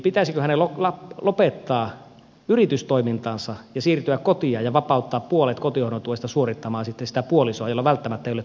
pitäisikö hänen lopettaa yritystoimintansa ja siirtyä kotiin ja vapauttaa puolet kotihoidon tuesta suorittamaan sitten sitä puolisoa jolla välttämättä ei ole työtä